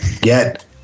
get